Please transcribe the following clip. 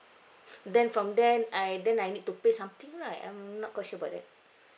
then from then I then I need to pay something right I'm not quite sure about that